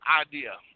idea